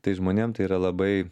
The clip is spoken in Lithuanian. tai žmonėm tai yra labai